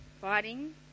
fighting